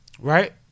Right